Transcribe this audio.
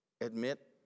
Admit